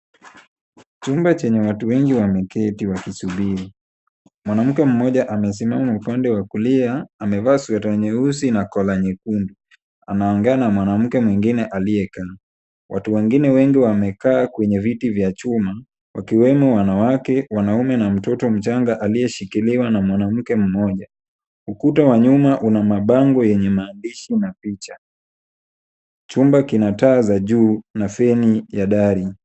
Chumba chenye watu wengi wameketi wakisubiri. Mwanamke mmoja amesimama upande wa kulia. Amevaa sweta nyeusi na kola nyekundu. Anaongea na mwanamke mwingine aliyekaa. Watu wengine wengi wamekaa kwenye viti vya chuma wakiwemo wanawake, wanaume na mtoto mchanga aliyeshikiliwa na mwanamke mmoja. Ukuta wa nyuma una mabango yenye maandishi na picha. Chumba kina taa za juu na feni ya dari.